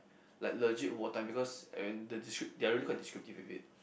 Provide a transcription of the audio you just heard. like legit war time because and the descrip~ they are really quite descriptive with it